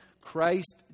Christ